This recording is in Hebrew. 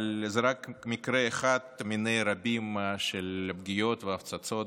אבל זה רק מקרה אחד מני רבים של פגיעות והפצצות